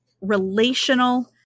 relational